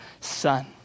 son